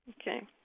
Okay